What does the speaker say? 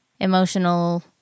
emotional